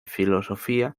filosofía